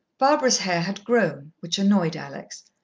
barbara's hair had grown, which annoyed alex.